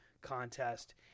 contest